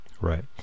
Right